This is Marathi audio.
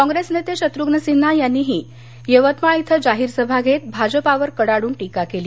काँप्रेस नेते शत्रूघ्न सिन्हा यांनीही युवतमाळ इथं जाहीर सभा घेत भाजपावर कडाडून टीका केली